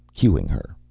cuing her.